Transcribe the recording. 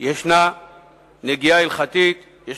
יש נגיעה הלכתית, יש